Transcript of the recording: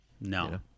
No